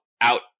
out